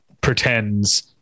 pretends